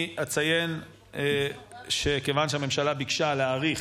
אני אציין שמכיוון שהממשלה ביקשה להאריך,